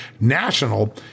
national